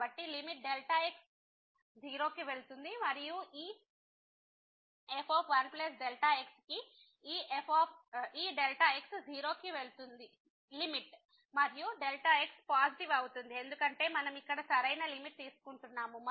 కాబట్టి limit x→0 మరియు ఈ f 1x కి ఈ x→0 లిమిట్ మరియుx పాజిటివ్ అవుతుంది ఎందుకంటే మనం ఇక్కడ సరైన లిమిట్ తీసుకుంటున్నాము